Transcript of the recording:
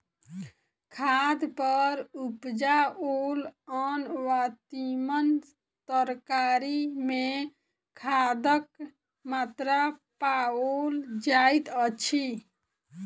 खाद पर उपजाओल अन्न वा तीमन तरकारी मे खादक मात्रा पाओल जाइत अछि